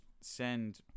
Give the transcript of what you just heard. send